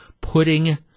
putting